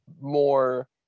more